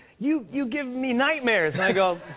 you you give me nightmares. and i go,